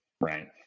Right